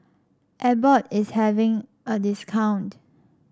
Abbott is having a discount